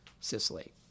Sicily